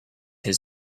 his